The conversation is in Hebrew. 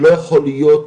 שלא יכול להיות,